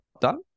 done